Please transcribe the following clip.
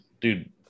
dude